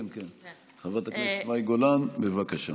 חברת הכנסת מאי גולן, בבקשה.